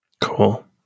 Cool